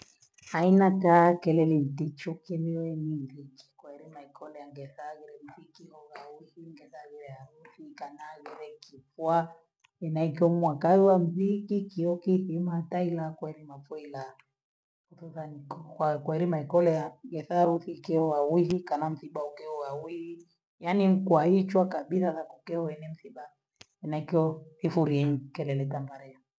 Haya makaa kile ni ntichukye nie ndiki kolema ikole angesaguli nziki hovawifinga kesabu ya wefinki kanali wewe kifua, ninaikemua kauwa nzikiki yaki simantai yakwe ni macheila, wacheza nchikwa kwaeli maikolea, gesabu chikemua huwezi kana msiba keuwa hulii yaani mko haichwa kabila la kwake we ne msiba, na ikiwa ifujii kelele kwa mparee.